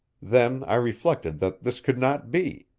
then i reflected that this could not be.